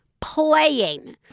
playing